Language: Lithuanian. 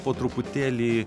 po truputėlį